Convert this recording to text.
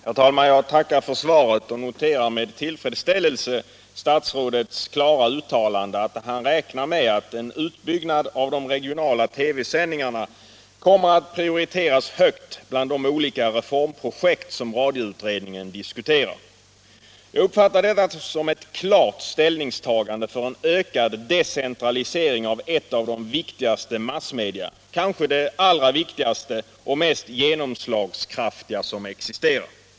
Herr talman! Jag tackar för svaret och noterar med tillfredsställelse statsrådets klara uttalande att han räknar med att ”en utbyggnad av de regionala TV-sändningarna kommer att prioriteras högt bland de olika reformprojekt” som radioutredningen diskuterar. Jag uppfattar detta som ett klart ställningstagande för en ökad decentralisering av ett av de viktigaste massmedia, kanske det viktigaste och mest genomslagskraftiga, som existerar.